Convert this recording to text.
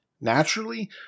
naturally